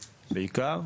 בעיקר.